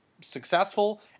successful